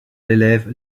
l’élève